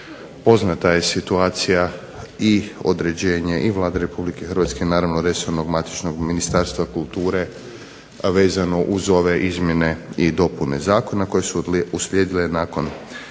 poznata je situacija i određenje i Vlade Republike Hrvatske, naravno resornog matičnog Ministarstva kulture vezano uz ove izmjene i dopune zakona, koje su uslijedile nakon